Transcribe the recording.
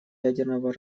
ядерного